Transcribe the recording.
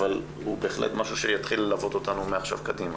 אבל הוא בהחלט משהו שיתחיל ללוות אותנו מעכשיו קדימה.